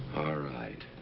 all right.